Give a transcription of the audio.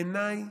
בעיניי,